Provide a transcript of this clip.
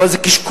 אבל זה קשקוש.